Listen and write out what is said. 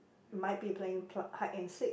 might be playing pl~ hide and seek